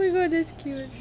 oh my god that's cute